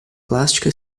plástica